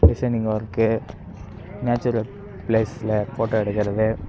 designing work natural பிளேஸில் photo எடுக்கிறது